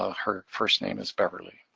her first name is beverly.